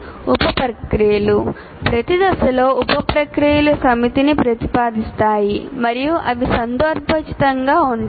ఉప ప్రక్రియలు ప్రతి దశలో ఉప ప్రక్రియల సమితిని ప్రతిపాదిస్తాయి మరియు అవి సందర్భోచితంగా ఉంటాయి